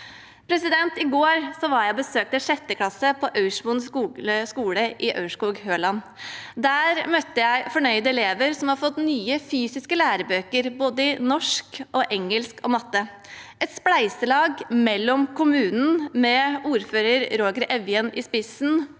klasse på Aursmoen skole i Aurskog-Høland. Der møtte jeg fornøyde elever som har fått nye fysiske lærebøker i både norsk, engelsk og matte – et spleiselag mellom kommunen, med ordfører Roger Evjen i spissen,